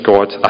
God